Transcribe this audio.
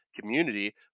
community